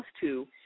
two